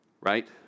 right